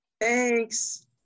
thanks